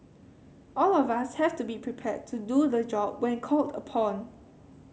all of us have to be prepared to do the job when called upon